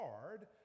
hard